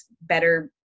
better